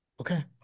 Okay